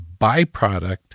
byproduct